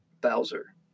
Bowser